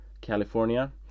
California